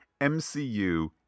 mcu